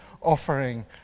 offering